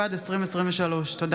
התשפ"ד 2023. תודה.